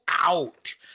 out